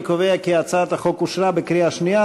אני קובע כי הצעת החוק אושרה בקריאה שנייה.